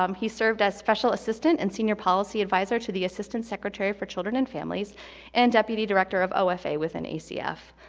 um he served as special assistant and senior policy advisor to the assistant secretary for children and families and deputy director of ofa within acf.